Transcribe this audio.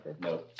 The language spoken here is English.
No